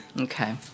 Okay